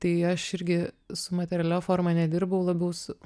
tai aš irgi su materialia forma nedirbau labiau su